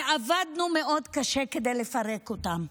ועבדנו מאוד קשה כדי לפרק אותם.